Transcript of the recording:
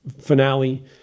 finale